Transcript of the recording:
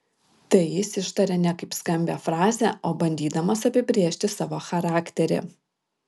tai jis ištaria ne kaip skambią frazę o bandydamas apibrėžti savo charakterį